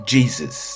Jesus